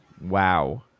Wow